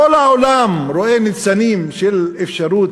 כל העולם רואה ניצנים של אפשרות,